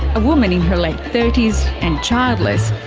a woman in her late thirty s and childless,